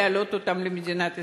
להעלות אותם למדינת ישראל.